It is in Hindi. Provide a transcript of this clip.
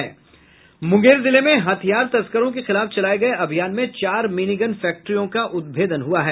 मुंगेर जिले में हथियार तस्करों के खिलाफ चलाये गये अभियान में चार मिनीगन फैक्ट्रियों का उदभेदन हुआ है